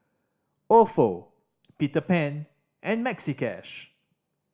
Ofo Peter Pan and Maxi Cash